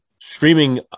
streaming